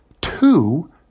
two